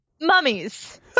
Mummies